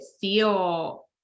feel